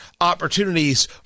opportunities